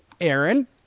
Aaron